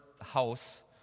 house